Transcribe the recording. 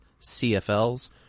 CFLs